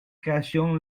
création